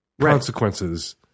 consequences